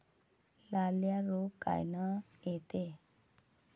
लाल्या रोग कायनं येते?